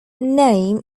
name